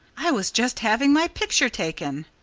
i was just having my picture taken.